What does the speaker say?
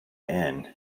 inn